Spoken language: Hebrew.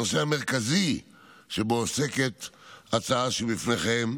הנושא המרכזי שבו עוסקת ההצעה שבפניכם,